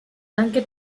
tanque